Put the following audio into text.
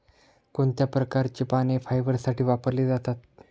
कोणत्या प्रकारची पाने फायबरसाठी वापरली जातात?